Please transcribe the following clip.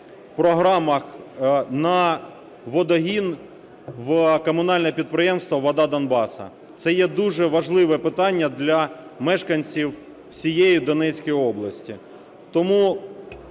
програмах на водогін в комунальне підприємство "Вода Донбасу". Це є дуже важливе питання для мешканців всієї Донецької області.